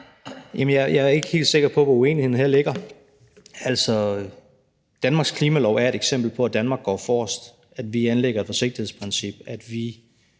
Jeg er ikke helt sikker på, hvor uenigheden her ligger. Danmarks klimalov er et eksempel på, at Danmark går forrest, at vi anlægger et forsigtighedsprincip,